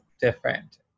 different